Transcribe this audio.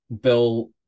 Bill